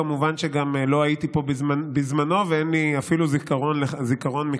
וכמובן שגם לא הייתי פה בזמנו ואין לי אפילו זיכרון מכך,